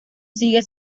sigue